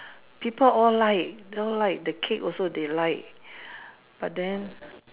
people all like all like the cake also they like but then